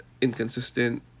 inconsistent